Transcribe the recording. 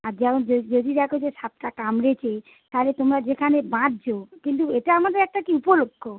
আর যেমন যে যদি দেখো যে সাপটা কামড়েছে তালে তোমরা যেখানে বাঁধছ কিন্তু এটা আমাদের একটা কি উপলক্ষ